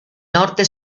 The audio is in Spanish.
norte